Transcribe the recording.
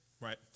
Right